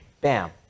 Bam